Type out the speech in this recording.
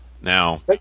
Now